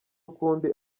ukundi